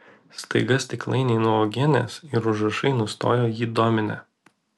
staiga stiklainiai nuo uogienės ir užrašai nustojo jį dominę